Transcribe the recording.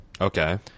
Okay